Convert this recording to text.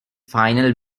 final